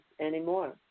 anymore